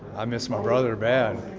i miss my brother bad.